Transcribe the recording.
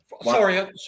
Sorry